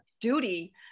duty